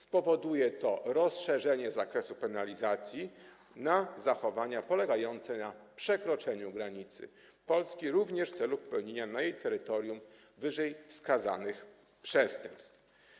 Spowoduje to rozszerzenie zakresu penalizacji na zachowania polegające na przekroczeniu granicy Polski, również w celu popełnienia na jej terytorium wyżej wskazanych przestępstw.